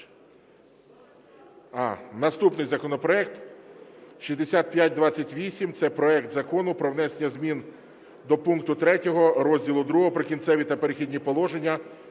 Наступний законопроект 6528 – це проект Закону про внесення зміни до пункту 3 розділу II "Прикінцеві та перехідні положення"